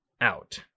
out